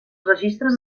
registres